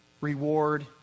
Reward